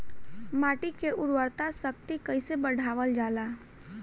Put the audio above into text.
माटी के उर्वता शक्ति कइसे बढ़ावल जाला?